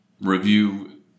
review